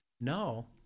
no